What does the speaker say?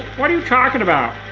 what are you talking about?